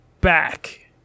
back